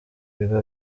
biba